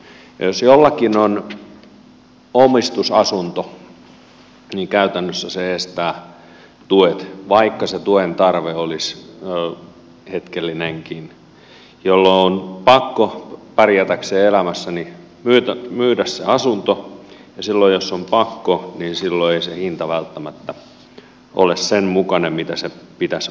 jos jollakin on omistusasunto niin käytännössä se estää tuet vaikka se tuen tarve olisi hetkellinenkin jolloin on pakko pärjätäkseen elämässä myydä se asunto ja silloin jos on pakko ei se hinta välttämättä ole sen mukainen kuin sen pitäisi olla